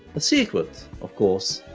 the secret, of course,